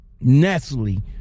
Nestle